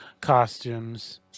costumes